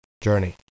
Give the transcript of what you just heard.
journey